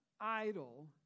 idol